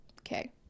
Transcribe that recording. Okay